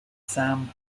sam